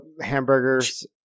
hamburgers